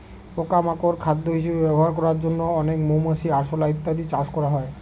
পোকা মাকড় খাদ্য হিসেবে ব্যবহার করার জন্য অনেক মৌমাছি, আরশোলা ইত্যাদি চাষ করা হয়